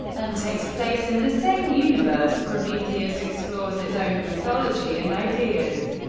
and takes place in the same universe, prometheus explores its own mythology and ideas.